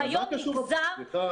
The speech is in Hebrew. שהיום -- מה קשור סליחה.